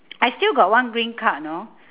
I still got one green card know